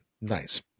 nice